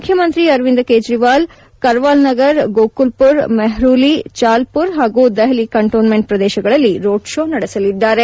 ಮುಖ್ಯಮಂತ್ರಿ ಅರವಿಂದ್ ಕೇಜ್ರಿವಾಲ್ ಕರ್ವಾಲ್ನಗರ್ ಗೋಕುಲ್ಪುರ್ ಮೆಹ್ರೂಲಿ ಚಾಲ್ಪುರ್ ಹಾಗೂ ದೆಹಲಿ ಕಂಟೋನ್ಮೆಂಟ್ ಪ್ರದೇಶದಲ್ಲಿ ರೋಡ್ ಶೋ ನಡೆಸಲಿದ್ದಾರೆ